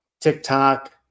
TikTok